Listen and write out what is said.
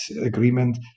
agreement